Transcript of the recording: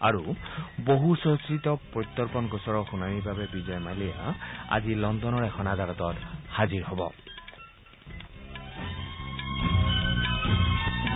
আৰু বহুচৰ্চিত প্ৰত্যৰ্পণ গোচৰৰ শুনানিৰ বাবে বিজয় মাল্য আজি লণ্ডনৰ এখন আদালতত হাজিৰ হ'ব